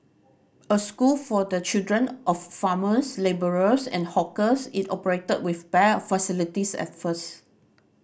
a school for the children of farmers labourers and hawkers it operated with bare facilities at first